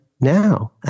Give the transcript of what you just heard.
now